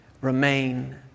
Remain